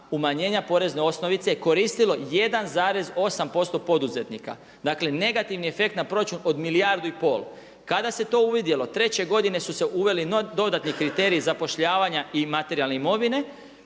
umanjenja porezne osnovice koristilo 1,8% poduzetnika. Dakle, negativni efekt na proračun od milijardu i pol. Kada se to uvidjelo treće godine su se uveli dodatni kriteriji zapošljavanja i materijalne imovine